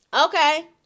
okay